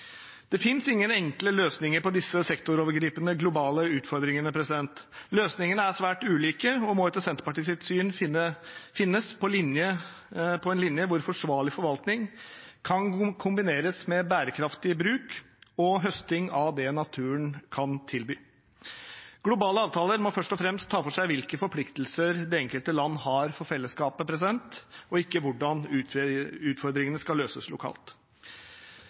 Det finnes ingen enkle løsninger på disse sektorovergripende, globale utfordringene. Løsningene er svært ulike og må etter Senterpartiets syn finnes på en linje hvor forsvarlig forvaltning kan kombineres med bærekraftig bruk og høsting av det naturen kan tilby. Globale avtaler må først og fremst ta for seg hvilke forpliktelser det enkelte land har for fellesskapet, og ikke hvordan utfordringene skal løses lokalt.